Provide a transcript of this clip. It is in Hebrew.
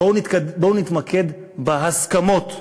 בואו נתמקד בהסכמות.